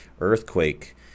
earthquake